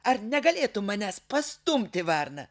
ar negalėtum manęs pastumti varna